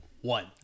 one